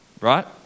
right